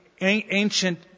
ancient